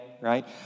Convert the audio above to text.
right